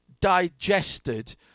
digested